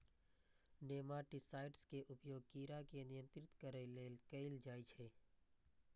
nematicides के उपयोग कीड़ा के नियंत्रित करै लेल कैल जाइ छै